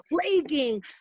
plaguing